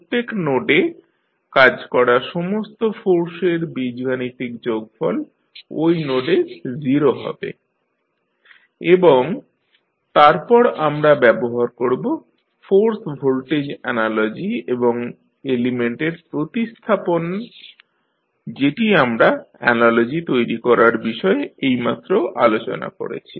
প্রত্যেক নোডে কাজ করা সমস্ত ফোর্সের বীজগাণিতিক যোগফল ঐ নোডে 0 হবে এবং তারপর আমরা ব্যবহার করব ফোর্স ভোল্টেজ অ্যানালজি এবং এলিমেন্টের প্রতিস্থাপন যেটি আমরা অ্যানালজি তৈরি করার বিষয়ে এইমাত্র আলোচনা করেছি